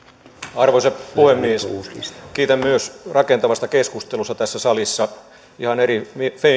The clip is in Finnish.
arvoisa puhemies myös minä kiitän rakentavasta keskustelusta tässä salissa ihan eri